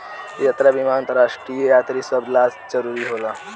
यात्रा बीमा अंतरराष्ट्रीय यात्री सभ ला जरुरी होला